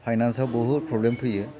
फाइनान्सआव बहुद प्रब्लेम फैयो